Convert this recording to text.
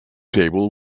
table